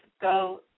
Go